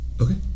Okay